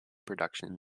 production